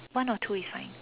one or two is fine